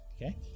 Okay